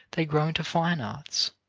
they grow into fine arts.